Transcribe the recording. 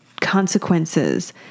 consequences